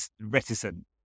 reticent